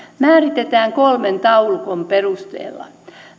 määritetään kolmen taulukon perusteella